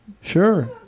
Sure